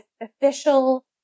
official